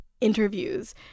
interviews